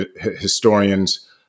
historians